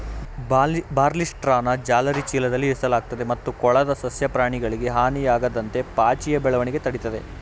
ಬಾರ್ಲಿಸ್ಟ್ರಾನ ಜಾಲರಿ ಚೀಲದಲ್ಲಿ ಇರಿಸಲಾಗ್ತದೆ ಮತ್ತು ಕೊಳದ ಸಸ್ಯ ಪ್ರಾಣಿಗಳಿಗೆ ಹಾನಿಯಾಗದಂತೆ ಪಾಚಿಯ ಬೆಳವಣಿಗೆ ತಡಿತದೆ